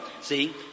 see